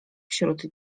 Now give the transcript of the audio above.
wśród